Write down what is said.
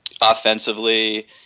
offensively